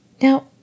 Now